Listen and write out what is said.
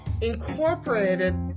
incorporated